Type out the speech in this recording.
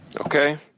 Okay